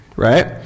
Right